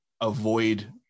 avoid